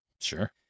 Sure